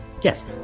yes